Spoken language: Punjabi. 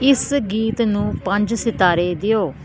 ਇਸ ਗੀਤ ਨੂੰ ਪੰਜ ਸਿਤਾਰੇ ਦਿਓ